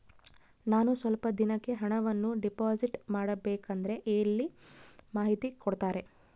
ನಾನು ಸ್ವಲ್ಪ ದಿನಕ್ಕೆ ಹಣವನ್ನು ಡಿಪಾಸಿಟ್ ಮಾಡಬೇಕಂದ್ರೆ ಎಲ್ಲಿ ಮಾಹಿತಿ ಕೊಡ್ತಾರೆ?